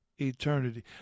eternity